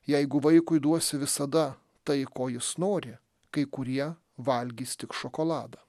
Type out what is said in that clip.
jeigu vaikui duosi visada tai ko jis nori kai kurie valgys tik šokoladą